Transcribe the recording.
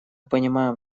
понимаем